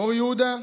אור יהודה,